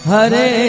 Hare